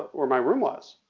where my room was.